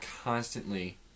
constantly